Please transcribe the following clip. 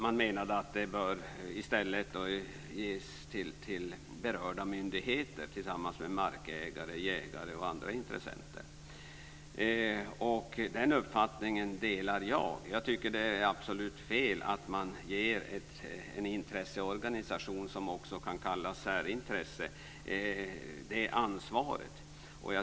Man menade att uppdraget i stället bör ges till berörda myndigheter tillsammans med markägare, jägare och andra intressenter. Den uppfattningen delar jag. Jag tycker att det är absolut fel att ge en intresseorganisation, som också kan kallas särintresse, det ansvaret.